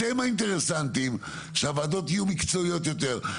אתם בעלי האינטרס שהוועדות יהיו מקצועיות יותר,